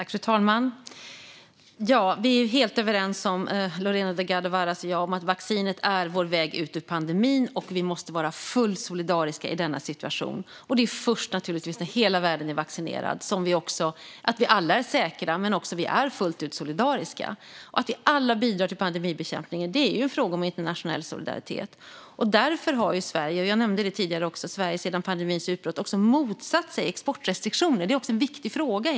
Fru talman! Lorena Delgado Varas och jag är helt överens om att vaccinet är vår väg ut ur pandemin och att vi måste vara fullt solidariska i denna situation. Det är naturligtvis först när hela världen är vaccinerad som vi alla är säkra. Att vi alla bidrar till pandemibekämpningen är en fråga om internationell solidaritet. Därför har Sverige, som jag nämnde tidigare, sedan pandemins utbrott motsatt sig exportrestriktioner, som försvårar distributionen.